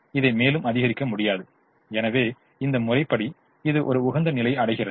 இதை மேலும் அதிகரிக்க முடியாது எனவே இந்த முறைப்படி இது ஒரு உகந்த நிலையை அடைகிறது